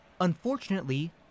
Unfortunately